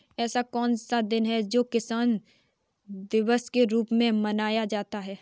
ऐसा कौन सा दिन है जो किसान दिवस के रूप में मनाया जाता है?